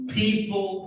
people